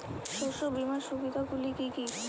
শস্য বীমার সুবিধা গুলি কি কি?